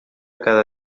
cada